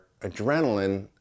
adrenaline